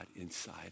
inside